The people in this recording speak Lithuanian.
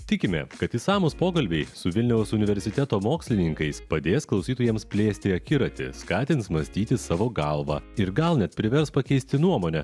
tikime kad išsamūs pokalbiai su vilniaus universiteto mokslininkais padės klausytojams plėsti akiratį skatins mąstyti savo galva ir gal net privers pakeisti nuomonę